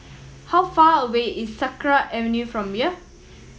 how far away is Sakra Avenue from here